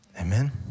Amen